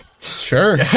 Sure